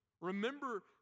Remember